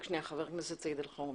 חבר הכנס סעיד אלחרומי.